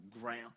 ground